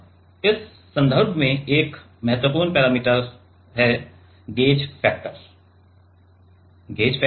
अब इस संदर्भ में एक महत्वपूर्ण पैरामीटर गेज फैक्टर है